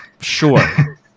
Sure